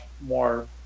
more